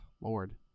Lord